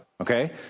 Okay